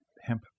hemp